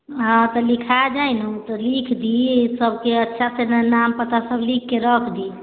हँ त लिखा जाइ ने त लिख दी सबके अच्छा से नाम पता सब लिख के रख दी